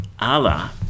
Allah